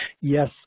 yes